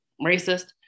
racist